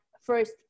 first